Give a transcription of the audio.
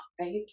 right